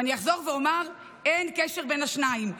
ואני אחזור ואומר: אין קשר בין השניים,